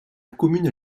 commune